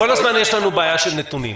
כל הזמן יש לנו בעיה של נתונים.